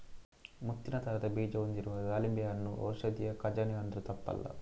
ಮುತ್ತಿನ ತರದ ಬೀಜ ಹೊಂದಿರುವ ದಾಳಿಂಬೆ ಹಣ್ಣು ಔಷಧಿಯ ಖಜಾನೆ ಅಂದ್ರೂ ತಪ್ಪಲ್ಲ